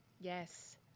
Yes